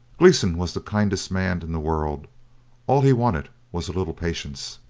gleeson was the kindest man in the world all he wanted was a little patience.